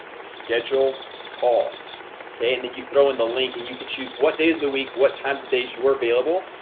scheduled call ok, and then you throw in the link and you can choose what days of the week what times days you were available?